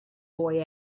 boy